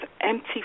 empty